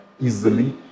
easily